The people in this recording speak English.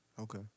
okay